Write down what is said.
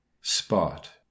Spot